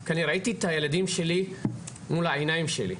כי אני ראיתי את הילדים שלי מול העיניים שלי.